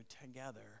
together